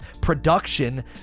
production